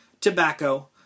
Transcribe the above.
tobacco